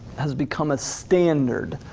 has become a standard,